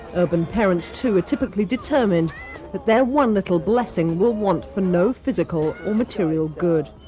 urban parents too are typically determined that their one little blessing will want for no physical or material good.